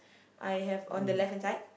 I have on the left hand side